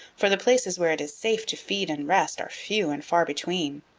for the places where it is safe to feed and rest are few and far between.